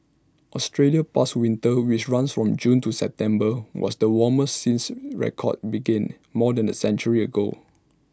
Australia's past winter which runs from June to September was the warmest since records began more than A century ago